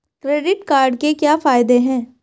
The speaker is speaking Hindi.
क्रेडिट कार्ड के क्या फायदे हैं?